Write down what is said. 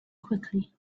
quickly